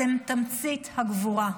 אתם תמצית הגבורה.